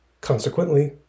Consequently